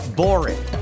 boring